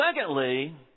secondly